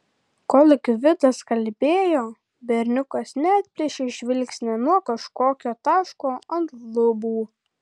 kol gvidas kalbėjo berniukas neatplėšė žvilgsnio nuo kažkokio taško ant lubų